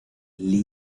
lee